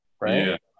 Right